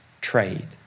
trade